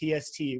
PST